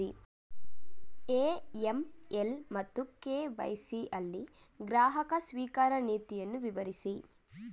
AML ಮತ್ತು KYC ಯಲ್ಲಿ ಗ್ರಾಹಕ ಸ್ವೀಕಾರ ನೀತಿಯನ್ನು ವಿವರಿಸಿ?